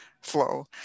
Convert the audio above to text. Flow